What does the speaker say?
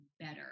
better